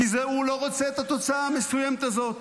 כי הוא לא רוצה את התוצאה המסוימת הזאת.